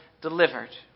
delivered